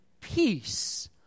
peace